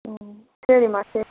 ம் சரிம்மா சரி